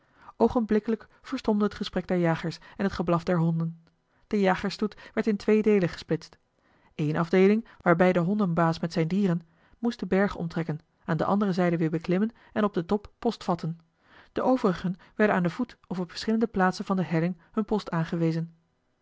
oogenblikkelijk verstomde het gesprek der jagers en het geblaf der honden de jagersstoet werd in twee deelen gesplitst eene afdeeling waarbij de hondenbaas met zijne dieren moest den berg omtrekken aan de andere zijde weer beklimmen en op den top post vatten den overigen werd aan den voet of op verschillende plaatsen van de helling hun post aangewezen